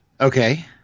Okay